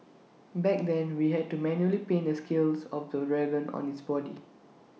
back then we had to manually paint the scales of the dragon on its body